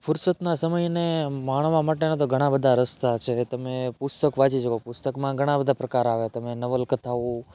ફુરસતના સમયને માણવા માટેના ઘણા બધા રસ્તા છે કે તમે પુસ્તક વાંચી શકો પુસ્તકમાં ઘણા બધા પ્રકાર આવે તમે નવલકથાઓ